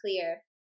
clear